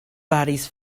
faris